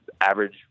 average